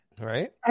Right